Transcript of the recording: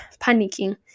panicking